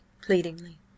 pleadingly